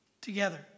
together